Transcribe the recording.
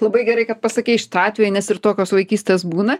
labai gerai kad pasakei šitą atvejį nes ir tokios vaikystės būna